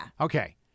Okay